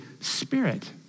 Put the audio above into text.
Spirit